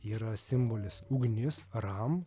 yra simbolis ugnis ram